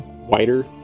wider